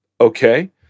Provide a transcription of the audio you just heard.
okay